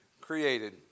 created